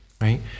right